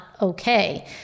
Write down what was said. okay